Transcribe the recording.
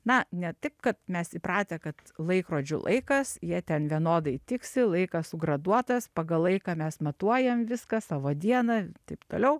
na ne taip kad mes įpratę kad laikrodžių laikas jie ten vienodai tiksi laikas sugraduotas pagal laiką mes matuojam viską savo dieną taip toliau